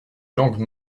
langue